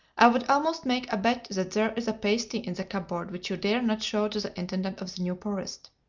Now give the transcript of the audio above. i would almost make a bet that there is a pasty in the cupboard which you dare not show to the intendant of the new forest.